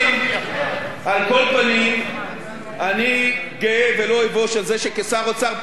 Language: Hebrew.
אני גאה ולא אבוש בזה שכשר אוצר פעלתי כדי שמדינת